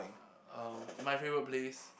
uh my favourite place